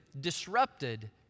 disrupted